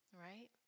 Right